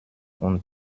und